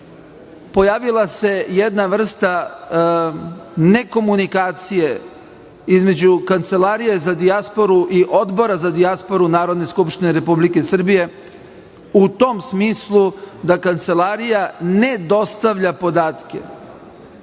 pojavila se jedna vrsta nekomunikacije između Kancelarije za dijasporu i Odbora za dijasporu Narodne skupštine Republike Srbije u tom smislu da Kancelarija ne dostavlja podatke